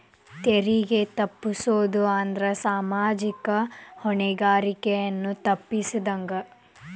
ತೆರಿಗೆ ತಪ್ಪಸೊದ್ ಅಂದ್ರ ಸಾಮಾಜಿಕ ಹೊಣೆಗಾರಿಕೆಯನ್ನ ತಪ್ಪಸಿದಂಗ